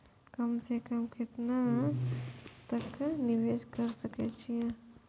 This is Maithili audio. कम से कम केतना तक निवेश कर सके छी ए?